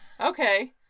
okay